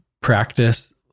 practice